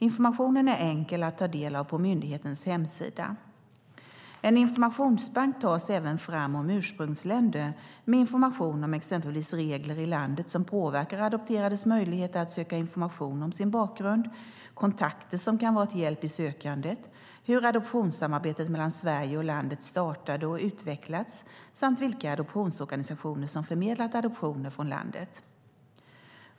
Informationen är enkel att ta del av på myndighetens hemsida. En informationsbank tas även fram om ursprungsländer, med information om exempelvis regler i landet som påverkar adopterades möjligheter att söka information om sin bakgrund, kontakter som kan vara till hjälp i sökandet, hur adoptionssamarbetet mellan Sverige och landet startade och utvecklats samt vilka adoptionsorganisationer som förmedlat adoptioner från landet.